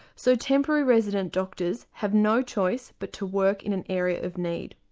so temporary resident doctors have no choice but to work in an area of need.